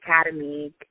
Academy